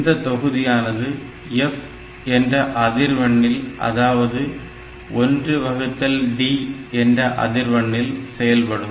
இந்த தொகுதியானது f என்ற அதிர்வெண்ணில் அதாவது 1 வகுத்தல் D என்ற அதிர்வெண்ணில் செயல்படும்